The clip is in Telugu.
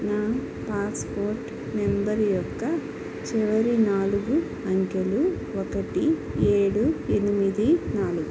నా పాస్పోర్ట్ నెంబర్ యొక్క చివరి నాలుగు అంకెలు ఒకటి ఏడు ఎనిమిది నాలుగు